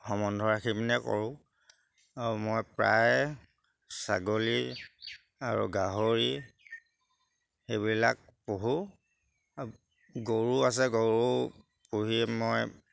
সমন্ধ ৰাখি পিনে কৰোঁ আৰু মই প্ৰায় ছাগলী আৰু গাহৰি সেইবিলাক পোহোঁ গৰু আছে গৰু পুহি মই